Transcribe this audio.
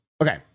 Okay